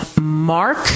Mark